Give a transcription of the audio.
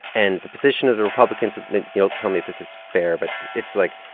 and the position of the republicans you'll tell me if this is fair, but it's like,